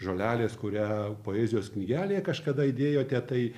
žolelės kurią poezijos knygelėje kažkada įdėjote tai